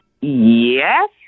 Yes